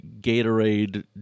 Gatorade